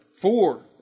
four